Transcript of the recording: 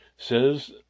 says